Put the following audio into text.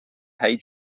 häid